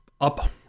up